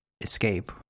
escape